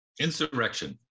Insurrection